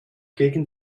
gegen